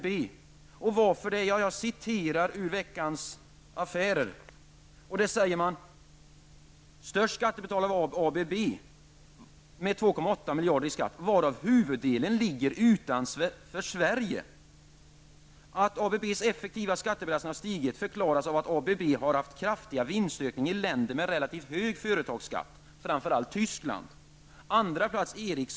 Beträffande bakgrunden till detta vill jag hänvisa till Veckans Affärer, som skriver att den största skattebetalaren var ABB med 2,8 miljarder i skatt, varav huvuddelen erläggs utanför Sverige. Att ABBs effektiva skattebelastning har stigit förklaras av att ABB har haft kraftiga vinstökningar i länder med relativt hög företagsskatt, framför allt i På andra plats kom Ericsson.